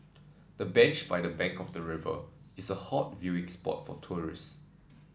the bench by the bank of the river is a hot viewing spot for tourists